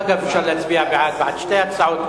אגב, אפשר להצביע בעד, בעד שתי ההצעות.